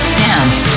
dance